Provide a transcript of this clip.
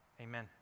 amen